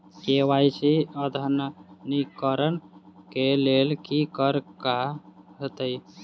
KYC अद्यतनीकरण कऽ लेल की करऽ कऽ हेतइ?